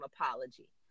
apology